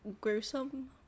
gruesome